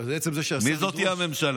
אבל עצם זה שהשר ידרוש,